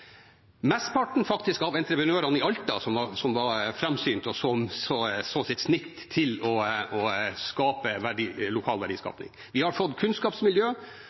faktisk fra entreprenørene i Alta, som var framsynte og så sitt snitt til å få til lokalverdiskaping. Vi har et kunnskapsmiljø